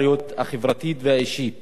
לקיומה של חברה תקינה.